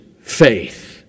faith